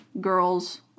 girls